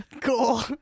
Cool